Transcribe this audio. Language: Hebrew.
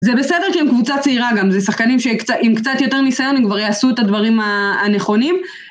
זה בסדר כי הם קבוצה צעירה גם, זה שחקנים שעם קצת יותר ניסיון הם כבר יעשו את הדברים הנכונים.